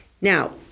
Now